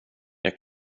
jag